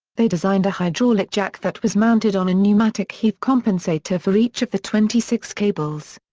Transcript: they designed a hydraulic jack that was mounted on a pneumatic heave compensator for each of the twenty six cables.